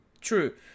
true